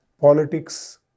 politics